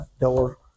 door